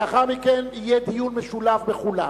לאחר מכן יהיה דיון משולב בכולם.